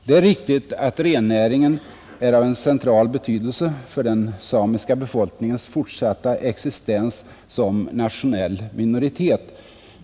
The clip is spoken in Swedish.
Det är riktigt att rennäringen är av central betydelse för den samiska befolkningens fortsatta existens som nationell minoritet.